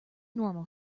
normal